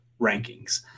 rankings